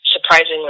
surprisingly